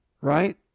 right